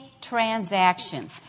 transaction